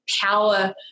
power